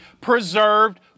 preserved